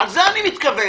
לזה אני מתכוון.